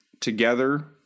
together